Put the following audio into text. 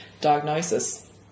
diagnosis